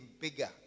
bigger